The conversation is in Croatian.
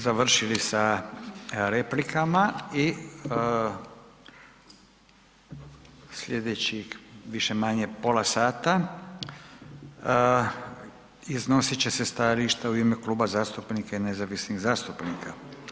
Time smo završili sa replikama i sljedećih više-manje pola sata iznosit će se stajališta u ime kluba zastupnika i nezavisnih zastupnika.